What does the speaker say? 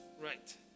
Right